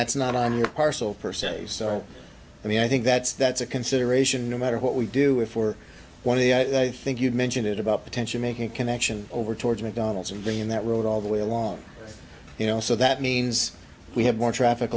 that's not on the parcel per se sorry i mean i think that's that's a consideration no matter what we do it for one of the i think you've mentioned it about potential making a connection over towards mcdonald's and being in that world all the way along you know so that means we have more traffic